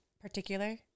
particular